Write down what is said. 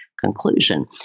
conclusion